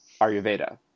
Ayurveda